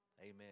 Amen